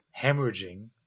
hemorrhaging